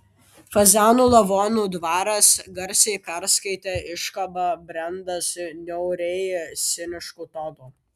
fazanų lavonų dvaras garsiai perskaitė iškabą brendas niauriai cinišku tonu